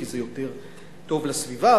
כי זה יותר טוב לסביבה,